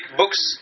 books